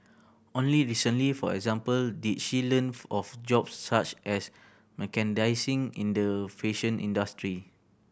only recently for example did she learn of jobs such as merchandising in the fashion industry